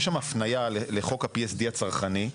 יש שם הפנייה לחוק ה-PSD הצרכני.